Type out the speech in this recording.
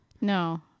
No